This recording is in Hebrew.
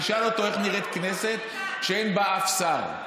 נשאל אותו איך נראית כנסת כשאין בה אף שר.